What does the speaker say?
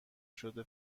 شده